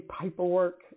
paperwork